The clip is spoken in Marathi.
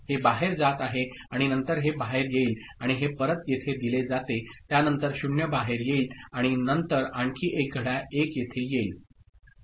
हे बाहेर जात आहे आणि नंतर हे बाहेर येईल आणि हे परत येथे दिले जाते त्यानंतर 0 बाहेर येईल आणि नंतर आणखी एक घड्याळ 1 येथे येईल